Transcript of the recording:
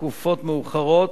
מתקופות מאוחרות,